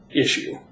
issue